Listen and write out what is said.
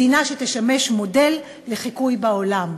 מדינה שתשמש מודל לחיקוי בעולם.